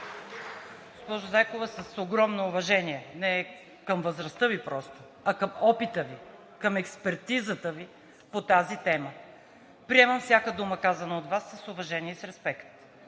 Госпожо Зайкова с огромно уважение не към възрастта Ви просто, а към опита Ви, към експертизата Ви, по тази тема приемам всяка дума, казана от Вас, с уважение и респект.